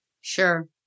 Sure